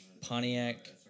Pontiac